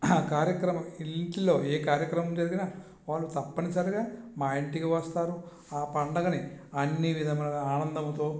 కార్యక్రమం ఇంటిలో ఏ కార్యక్రమం జరిగినా వాళ్ళు తప్పనిసరిగా మా ఇంటికి వస్తారు ఆ పండుగని అన్ని విధములా ఆనందంతో